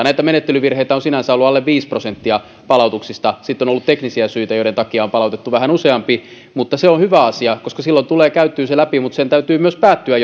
näitä menettelyvirheitä sinänsä on ollut alle viisi prosenttia palautuksista sitten on ollut teknisiä syitä joiden takia on palautettu vähän useampi käsittely on hyvä asia koska silloin tulee käytyä se läpi mutta sen täytyy myös päättyä